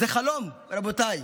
זה חלום, רבותיי.